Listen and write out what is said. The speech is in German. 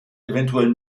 eventuell